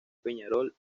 peñarol